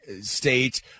State